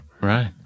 right